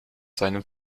seinem